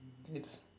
it's